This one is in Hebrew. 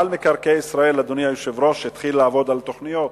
מינהל מקרקעי ישראל התחיל לעבוד על תוכניות.